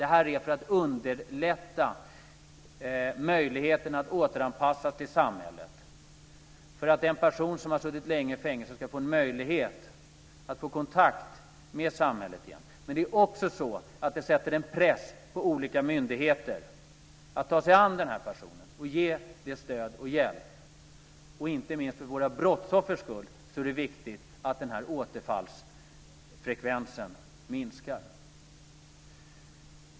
Det är till för att underlätta en återanpassning till samhället och för att en person som har suttit länge i fängelset ska få en möjlighet att få kontakt med samhället igen. Men det sätter också en press på olika myndigheter att ta sig an den här personen och ge det stöd och den hjälp som personen behöver. Inte minst för brottsoffrens skull är det viktigt att den här återfallsfrekvensen minskar.